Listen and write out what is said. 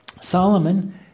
Solomon